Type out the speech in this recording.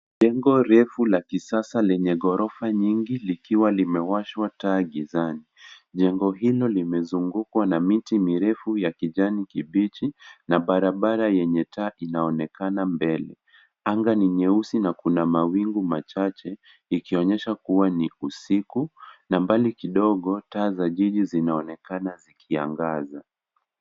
Jengo refu la kisasa lenye ghorofa nyingi likiwa limewashwa taa gizani. Jengo hilo limezungukwa na miti mirefu ya kijani kibichi na barabara yenye taa inaonekana mbele. Anga ni nyeusi na kuna mawingu machache ikionyesha kuwa ni usiku, na mbali kidogo taa za jiji zinaonekana zikiangaza.